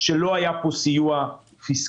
שלא היה פה סיוע פיסקלי